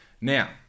Now